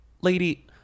lady